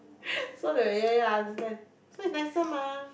so they will ya ya I understand so it's nicer mah